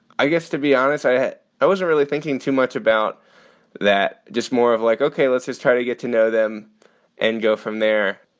i guess, to be honest, i had i wasn't really thinking too much about that. just more of like, ok, let's just try to get to know them and go from there